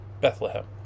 Bethlehem